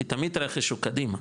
כי תמיד רכש הוא קדימה.